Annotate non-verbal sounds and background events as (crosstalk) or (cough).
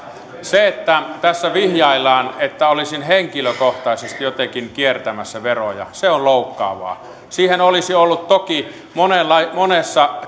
se että tässä vihjaillaan että olisin henkilökohtaisesti jotenkin kiertämässä veroja on loukkaavaa siihen olisi ollut toki monessa (unintelligible)